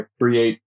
create